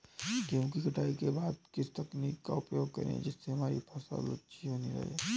गेहूँ की कटाई के बाद किस तकनीक का उपयोग करें जिससे हमारी फसल अच्छी बनी रहे?